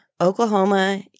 Oklahoma